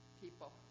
people